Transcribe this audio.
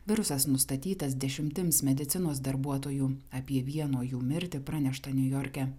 virusas nustatytas dešimtims medicinos darbuotojų apie vieno jų mirtį pranešta niujorke